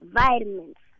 vitamins